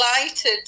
delighted